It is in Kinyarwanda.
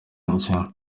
nshya